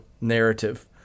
narrative